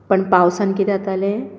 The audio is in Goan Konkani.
पण पावसांत कितें जातालें